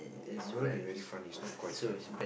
it will be very fun it's not quite fun